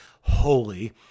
holy